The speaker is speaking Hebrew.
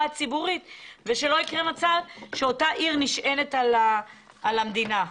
הציבורית והעיר לא נשענת על המדינה.